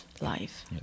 life